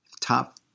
Top